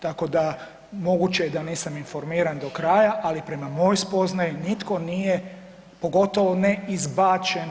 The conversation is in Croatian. Tako da moguće da nisam informiran do kraja, ali prema mojoj spoznaji, nitko nije, pogotovo ne izbačen.